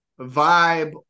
vibe